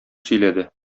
сөйләде